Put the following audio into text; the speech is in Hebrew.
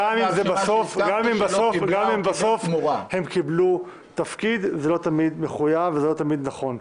-- גם אם בסוף הם קיבלו תפקיד זה לא תמיד מחויב ולא תמיד נכון.